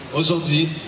Aujourd'hui